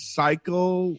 cycle